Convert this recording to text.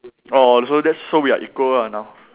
orh so that's so we are equal ah now